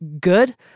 good